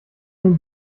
den